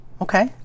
Okay